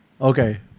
Okay